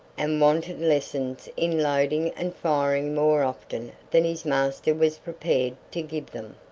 and wanted lessons in loading and firing more often than his master was prepared to give them.